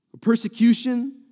Persecution